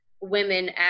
women